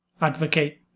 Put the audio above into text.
advocate